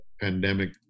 pandemic